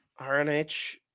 Rnh